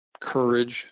courage